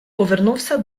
повернувся